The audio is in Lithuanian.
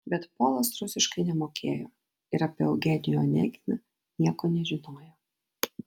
bet polas rusiškai nemokėjo ir apie eugenijų oneginą nieko nežinojo